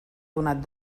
donat